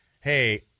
Hey